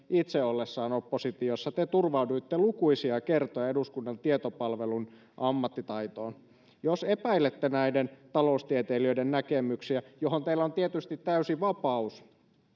itsensä ollessa oppositiossa te turvauduitte lukuisia kertoja eduskunnan tietopalvelun ammattitaitoon jos epäilette näiden taloustieteilijöiden näkemyksiä mihin teillä on tietysti täysi vapaus